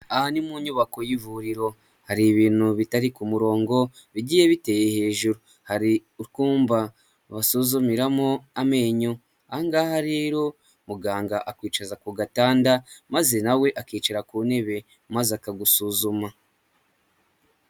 Aha ni mu nyubako y'ivuriro, hari ibintu bitari ku murongo bigiye biteye hejuru, hari utwumba basuzumiramo amenyo, aha ngaha rero muganga akwicaza ku gatanda maze nawe akicara ku ntebe, maze akagusuzuma.